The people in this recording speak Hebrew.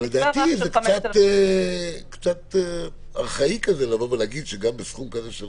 אבל לדעתי זה קצת ארכאי להגיד שגם בסכום כזה של